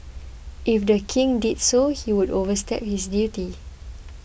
if the King did so he would overstep his duty